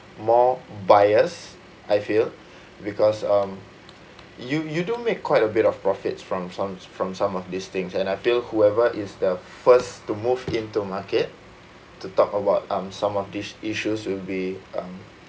more bias I feel because um you you don't make quite a bit of profits from some from some of these things and I feel whoever is the first to move into market to talk about um some of these issues will be um